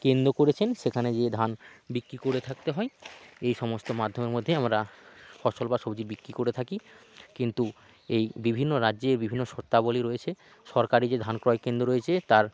কেন্দ্র করেছেন সেখানে গিয়ে ধান বিক্রি করে থাকতে হয় এই সমস্ত মাধ্যমের মধ্যে আমরা ফসল বা সবজি বিক্রি করে থাকি কিন্তু এই বিভিন্ন রাজ্যে বিভিন্ন শর্তাবলী রয়েছে সরকারি যে ধান ক্রয় কেন্দ্র রয়েছে তার